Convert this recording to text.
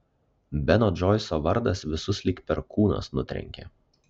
beno džoiso vardas visus lyg perkūnas nutrenkė